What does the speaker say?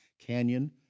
canyon